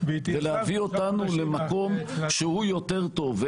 ולהביא אותנו למקום שהוא יותר טוב.